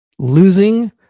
Losing